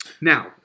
Now